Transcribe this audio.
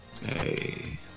Hey